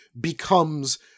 becomes